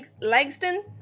Langston